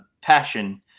passion